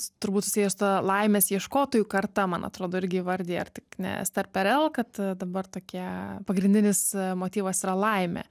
turbūt susijus su ta laimės ieškotojų karta man atrodo irgi įvardija ar tik ne star perel kad dabar tokie pagrindinis motyvas yra laimė